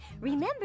Remember